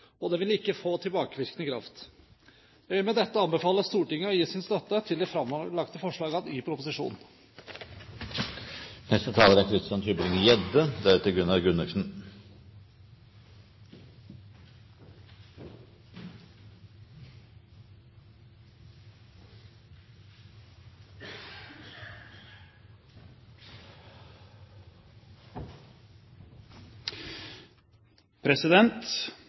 og de vil ikke få tilbakevirkende kraft. Jeg vil med dette anbefale Stortinget å gi sin støtte til de framlagte forslagene i proposisjonen. I en verden hvor bedrifter stadig oftere fusjonerer på tvers av landegrenser, er